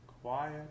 quiet